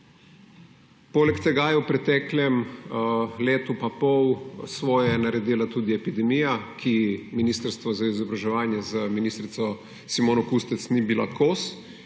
Poleg tega je v preteklem letu in pol svoje naredila tudi epidemija, ki ji Ministrstvo za izobraževanje z ministrico Simono Kustec ni bilo kos